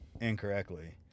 incorrectly